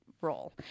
role